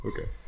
okay